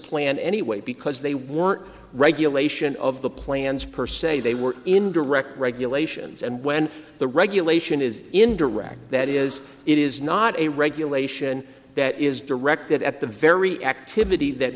plan anyway because they want regulation of the plans per se they were in direct regulations and when the regulation is in direct that is it is not a regulator that is directed at the very activity that